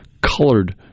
colored